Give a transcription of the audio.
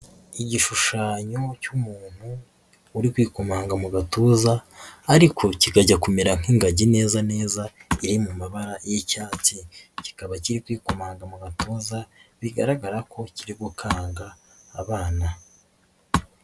Igishushanyo cy'umuntu uri kwikomanga mu gatuza ariko kikajya kumera nk'ingagi neza neza iri mu mabara y'icyatsi, kika kiri kwikomanga mu gatoza bigaragara ko kiri gukanga abana.